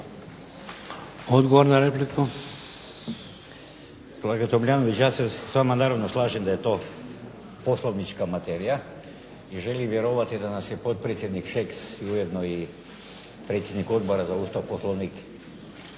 Odgovor na repliku.